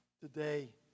today